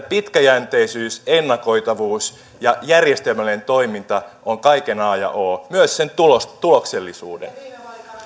pitkäjänteisyys ennakoitavuus ja järjestelmällinen toiminta on kaiken a ja o myös sen tuloksellisuuden